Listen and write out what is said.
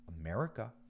America